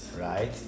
right